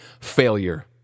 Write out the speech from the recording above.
failure